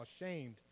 ashamed